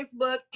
Facebook